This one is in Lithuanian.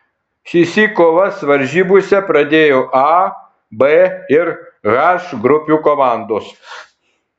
šįsyk kovas varžybose pradėjo a b ir h grupių komandos